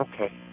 Okay